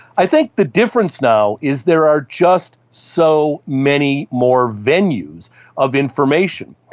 i think the difference now is there are just so many more venues of information.